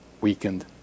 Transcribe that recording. weakened